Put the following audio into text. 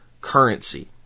currency